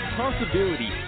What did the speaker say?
possibility